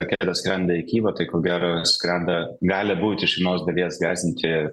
raketa skrenda į kijevą tai ko gero skrenda gali būti iš vienos dalies gąsdinti